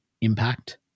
impact